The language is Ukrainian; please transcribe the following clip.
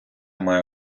має